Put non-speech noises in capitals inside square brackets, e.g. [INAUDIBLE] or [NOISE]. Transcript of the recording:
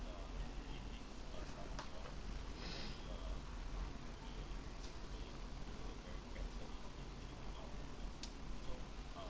[BREATH]